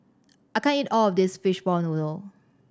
I can't eat all of this fishball noodle